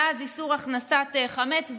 ואז איסור הכנסת חמץ.